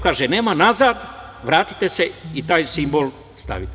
Kaže – nema, nazad, vratite se i taj simbol stavite.